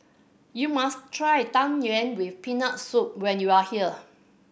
you must try Tang Yuen with Peanut Soup when you are here